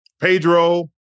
Pedro